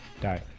die